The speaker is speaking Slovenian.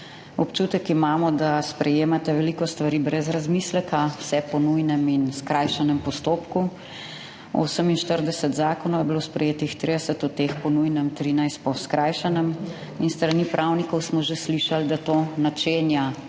Občutek imamo, da sprejemate veliko stvari brez razmisleka, vse po nujnem in skrajšanem postopku. 38 zakonov je bilo sprejetih, 30 od teh po nujnem, 13 po skrajšanem in s strani pravnikov smo že slišali, da to načenja